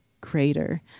greater